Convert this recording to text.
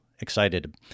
excited